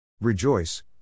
Rejoice